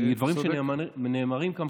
כי דברים שנאמרים כאן,